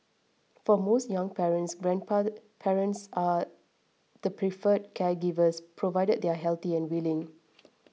for most young parents grand parents are the preferred caregivers provided they are healthy and willing